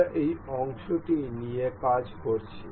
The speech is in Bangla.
আমরা এই অংশটি নিয়ে কাজ করছি